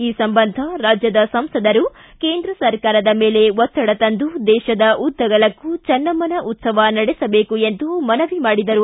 ಈ ಸಂಬಂಧ ರಾಜ್ಯದ ಸಂಸದರು ಕೇಂದ್ರ ಸರ್ಕಾರದ ಮೇಲೆ ಒತ್ತಡ ತಂದು ದೇಶದ ಉದ್ದಗಲಕ್ಕೂ ಚನ್ನಮ್ನನ ಉತ್ತವ ನಡೆಸಬೇಕು ಎಂದು ಮನವಿ ಮಾಡಿದರು